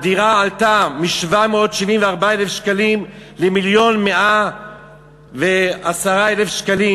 הדירה עלתה מ-774,000 שקלים למיליון ו-110,000 שקלים,